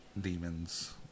demons